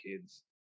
kids